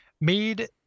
made